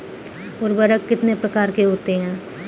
उर्वरक कितने प्रकार के होते हैं?